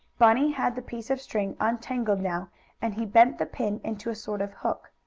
bunny had the piece of string untangled now and he bent the pin into a sort of hook.